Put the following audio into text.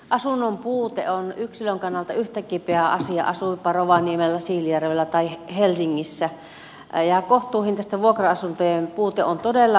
asunnon puute on yksilön kannalta yhtä kipeä asia asuitpa rovaniemellä siilinjärvellä tai helsingissä ja kohtuuhintaisten vuokra asuntojen puute on todella huutava